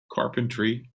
carpentry